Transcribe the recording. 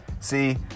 See